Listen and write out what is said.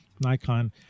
Nikon